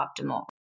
optimal